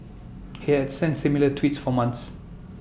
he had sent similar tweets for months